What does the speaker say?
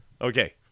Okay